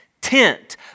tent